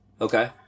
Okay